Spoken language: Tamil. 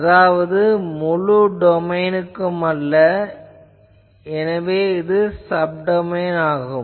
அதாவது இது முழு டொமைனுக்கும் அல்ல எனவே சப்டொமைன் ஆகும்